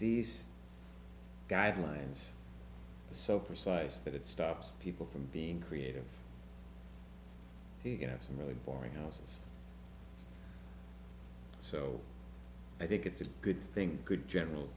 these guidelines so precise that it stops people from being creative to get some really boring houses so i think it's a good thing good general